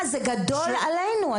זה גדול עלינו.